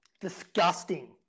disgusting